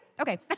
okay